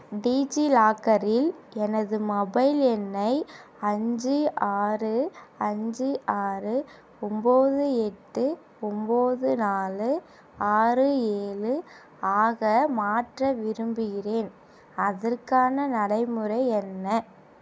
டீஜிலாக்கரில் எனது மொபைல் எண்ணை அஞ்சு ஆறு அஞ்சு ஆறு ஒம்பது எட்டு ஒம்பது நாலு ஆறு ஏழு ஆக மாற்ற விரும்புகிறேன் அதற்கான நடைமுறை என்ன